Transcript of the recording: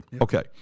Okay